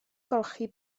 golchi